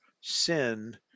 sin